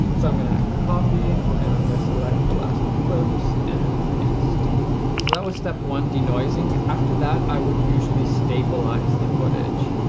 so i'm gonna copy, and i'm gonna select the last three clips, and paste. so that was step one, de-noising. after that, i would usually stabilize the footage.